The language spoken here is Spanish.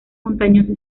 montañoso